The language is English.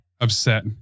upset